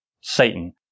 Satan